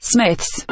Smith's